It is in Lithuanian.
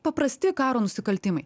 paprasti karo nusikaltimai